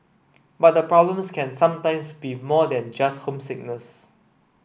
but the problems can sometimes be more than just homesickness